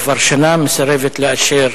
כבר שנה מסרבת לאשר